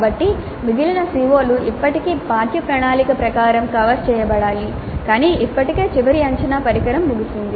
కాబట్టి మిగిలిన CO లు ఇప్పటికీ పాఠ్య ప్రణాళిక ప్రకారం కవర్ చేయబడాలి కాని ఇప్పటికే చివరి అంచనా పరికరం ముగిసింది